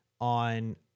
on